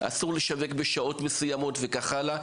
אסור לשווק בשעות מסוימות וכך הלאה,